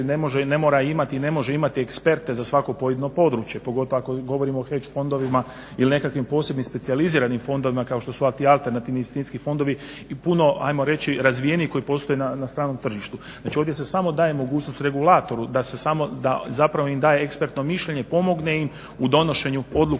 ne mora imati i ne može imati eksperte za svako pojedino područje, pogotovo ako govorimo o … fondovima ili nekakvim posebnim specijaliziranim fondovima kao što su ti alternativni investicijski fondovi i puno ajmo reći razvijeniji koji postoje na stranom tržištu. Znači ovdje se samo daje mogućnost regulatoru da zapravo im daje ekspertno mišljenje, pomogne im u donošenju odluka